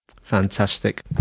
fantastic